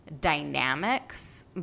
dynamics